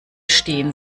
stehen